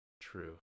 True